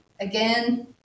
Again